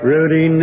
Rudy